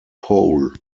pole